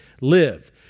live